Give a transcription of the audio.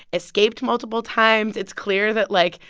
escaped multiple times. it's clear that, like,